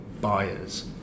buyers